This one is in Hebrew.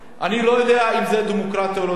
אני לא יודע אם זה דמוקרטי או לא דמוקרטי.